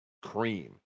cream